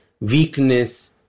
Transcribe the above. weakness